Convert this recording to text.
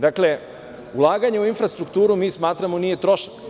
Dakle, ulaganje u infrastrukturu, mi smatramo, nije trošak.